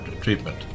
treatment